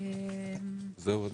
עוד משהו?